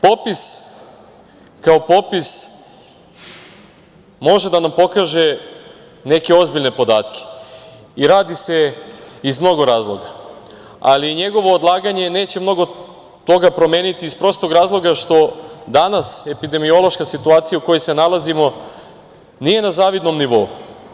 Popis kao popis može da nam pokaže neke ozbiljne podatke i radi se iz mnogo razloga, ali njegovo odlaganje neće mnogo toga promeniti, iz prostog razloga što danas epidemiološka situacija u kojoj se nalazimo nije na zavidnom nivou.